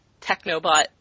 technobot